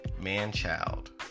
man-child